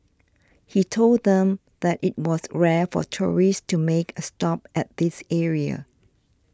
he told them that it was rare for tourists to make a stop at this area